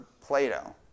Plato